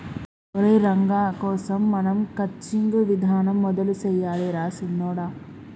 ఒరై రంగ కోసం మనం క్రచ్చింగ్ విధానం మొదలు సెయ్యాలి రా సిన్నొడా